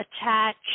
attach